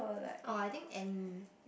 or I think any